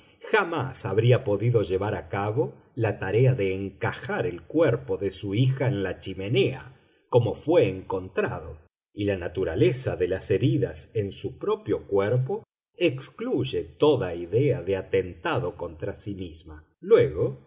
jamás habría podido llevar a cabo la tarea de encajar el cuerpo de su hija en la chimenea como fué encontrado y la naturaleza de las heridas en su propio cuerpo excluye toda idea de atentado contra sí misma luego